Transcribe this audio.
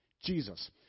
Jesus